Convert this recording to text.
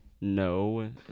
no